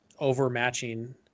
overmatching